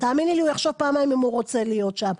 תאמיני לי שהוא יחשוב פעמיים אם הוא רוצה להיות שם.